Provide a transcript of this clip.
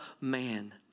man